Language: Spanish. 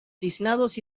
tiznados